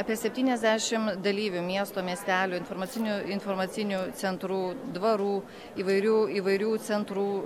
apie septyniasdešim dalyvių miesto miestelių informacinių informacinių centrų dvarų įvairių įvairių centrų